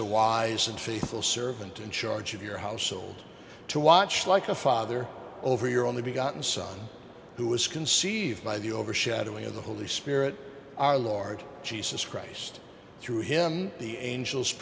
a wise and faithful servant in charge of your household to watch like a father over your only be gotten son who was conceived by the overshadowing of the holy spirit our lord jesus christ through him the angels